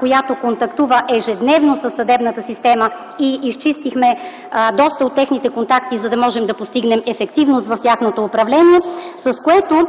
която контактува ежедневно със съдебната система, и изчистихме доста от техните контакти, за да можем да постигнем ефективност в тяхното управление, с което